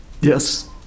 yes